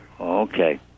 Okay